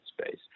space